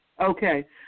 Okay